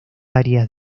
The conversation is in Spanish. áreas